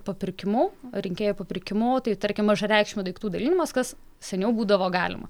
papirkimu rinkėjų papirkimu o tai tarkim mažareikšmių daiktų dalijimas kas seniau būdavo galima